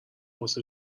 واسه